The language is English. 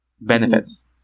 benefits